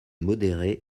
modéré